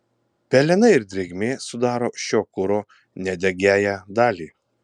pelenai ir drėgmė sudaro šio kuro nedegiąją dalį